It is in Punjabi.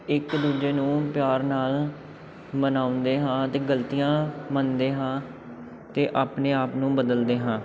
ਇੱਕ ਦੂਜੇ ਨੂੰ ਪਿਆਰ ਨਾਲ ਮਨਾਉਂਦੇ ਹਾਂ ਅਤੇ ਗਲਤੀਆਂ ਮੰਨਦੇ ਹਾਂ ਅਤੇ ਆਪਣੇ ਆਪ ਨੂੰ ਬਦਲਦੇ ਹਾਂ